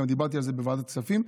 גם דיברתי על זה בוועדת הכספים.